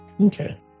Okay